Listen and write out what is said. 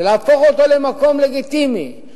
להפוך אותו למקום לגיטימי,